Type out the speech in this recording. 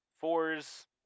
fours